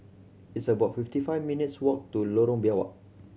it's about fifty five minutes walk to Lorong Biawak